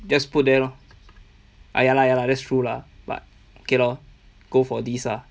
just put there lor ah ya lah ya lah that's true lah but okay lor go for this ah